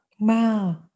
Wow